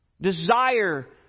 desire